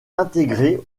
intégrées